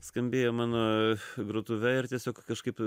skambėjo mano grotuve ir tiesiog kažkaip